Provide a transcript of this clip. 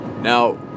Now